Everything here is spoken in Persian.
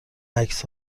عکس